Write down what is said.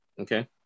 okay